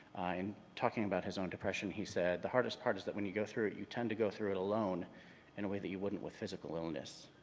in talking about his own depressions he said, the hardest part is that when you go through it you tend to go through it alone in a way that you wouldn't with physical illness.